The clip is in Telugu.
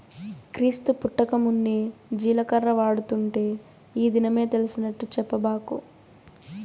క్రీస్తు పుట్టకమున్నే జీలకర్ర వాడుతుంటే ఈ దినమే తెలిసినట్టు చెప్పబాకు